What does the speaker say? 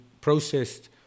processed